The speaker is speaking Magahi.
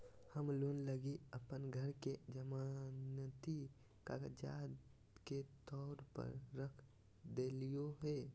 हम लोन लगी अप्पन घर के जमानती कागजात के तौर पर रख देलिओ हें